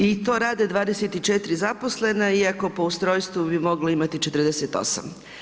I to rade 24 zaposlena iako po ustrojstvu bi moglo imati 48.